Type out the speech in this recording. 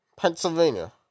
Pennsylvania